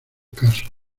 caso